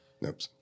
Nope